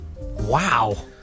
Wow